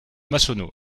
massonneau